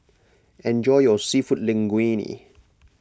enjoy your Seafood Linguine